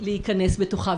כפי שאמרתי לסוג העבירה.